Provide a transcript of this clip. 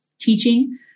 teaching